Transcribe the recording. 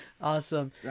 Awesome